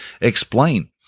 explain